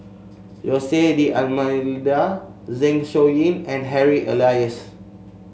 Jose D'Almeida Zeng Shouyin and Harry Elias